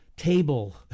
Table